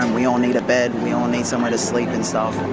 and we all need a bed, we all need somewhere to sleep and stuff.